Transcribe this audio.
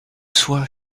soi